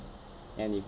and if